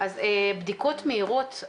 בדיקות מהירות,